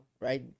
right